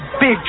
big